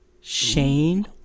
Shane